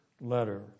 letter